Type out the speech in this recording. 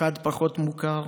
אחד בלתי מוכר,